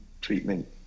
treatment